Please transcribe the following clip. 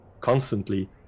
constantly